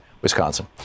Wisconsin